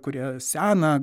kurie seną